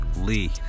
Lee